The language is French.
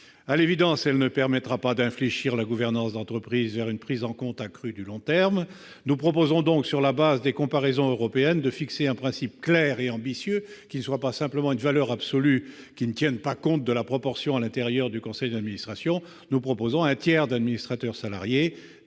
À l'évidence, elle ne permettra pas d'infléchir la gouvernance d'entreprise vers une prise en compte accrue du long terme. Nous proposons donc, sur la base des comparaisons européennes, de fixer un principe clair et ambitieux, sans s'en tenir à une valeur absolue ne tenant pas compte des proportions au sein du conseil d'administration : un tiers d'administrateurs salariés